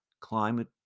Climate